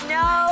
no